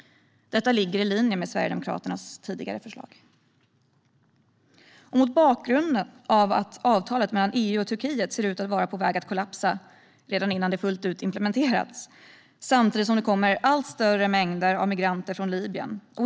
Detta ligger i linje med Sverigedemokraternas tidigare förslag. Avtalet mellan EU och Turkiet ser ut att vara på väg att kollapsa innan det fullt ut implementerats. Samtidigt kommer allt större mängder migranter från Libyen.